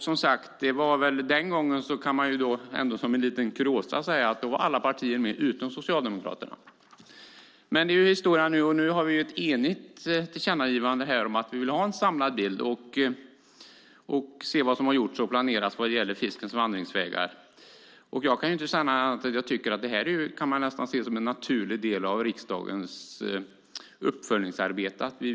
Som lite kuriosa kan man säga att alla partier utom Socialdemokraterna var med då. Men det är historia. Nu har vi ett enigt tillkännagivande om att vi vill ha en samlad bild, se vad som har gjorts och vad som planeras vad gäller fiskens vandringsvägar. Det kan man nästan se som en naturlig del av riksdagens uppföljningsarbete.